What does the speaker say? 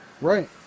Right